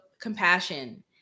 compassion